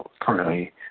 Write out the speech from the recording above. currently